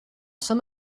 some